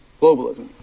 Globalism